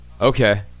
okay